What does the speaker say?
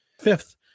fifth